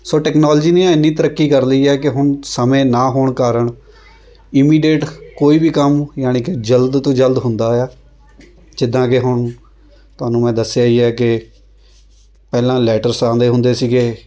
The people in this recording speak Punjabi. ਸੋ ਟੈਕਨੋਲਜੀ ਨੇ ਇੰਨੀ ਤਰੱਕੀ ਕਰ ਲਈ ਹੈ ਕਿ ਹੁਣ ਸਮੇਂ ਨਾ ਹੋਣ ਕਾਰਨ ਈਮੀਡੇਟ ਕੋਈ ਵੀ ਕੰਮ ਯਾਨੀ ਕਿ ਜਲਦ ਤੋਂ ਜਲਦ ਹੁੰਦਾ ਆ ਜਿੱਦਾਂ ਕਿ ਹੁਣ ਤੁਹਾਨੂੰ ਮੈਂ ਦੱਸਿਆ ਹੀ ਹੈ ਕਿ ਪਹਿਲਾਂ ਲੈਟਰਸ ਆਉਂਦੇ ਹੁੰਦੇ ਸੀਗੇ